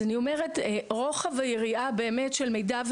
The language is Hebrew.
רוחב היריעה של מידע,